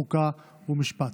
חוק ומשפט.